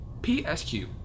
psq